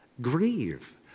Grieve